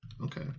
Okay